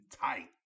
tight